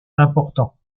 importants